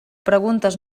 preguntes